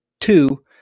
Two